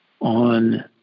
on